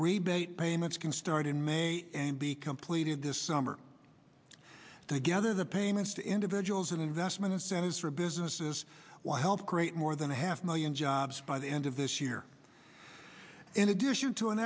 rebate payments can start in may and be completed this summer together the payments to individuals and investment incentives for businesses will help create more than a half million jobs by the end of this year in addition to an